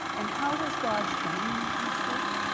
and how was god showing them these truths?